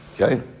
Okay